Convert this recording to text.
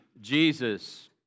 Jesus